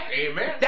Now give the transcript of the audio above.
Amen